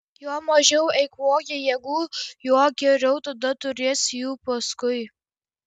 juo mažiau eikvoji jėgų juo geriau tada turėsi jų paskui